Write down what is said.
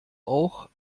auch